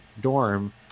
dorm